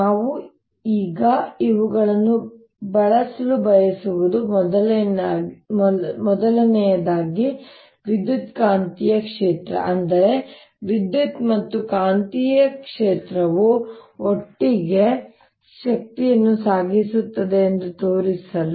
ನಾವು ಈಗ ಇವುಗಳನ್ನು ಬಳಸಲು ಬಯಸುವುದು ಮೊದಲನೆಯದಾಗಿ ವಿದ್ಯುತ್ಕಾಂತೀಯ ಕ್ಷೇತ್ರ ಅಂದರೆ ವಿದ್ಯುತ್ ಮತ್ತು ಕಾಂತೀಯ ಕ್ಷೇತ್ರವು ಒಟ್ಟಿಗೆ ಶಕ್ತಿಯನ್ನು ಸಾಗಿಸುತ್ತದೆ ಎಂದು ತೋರಿಸಲು